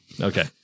Okay